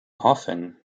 often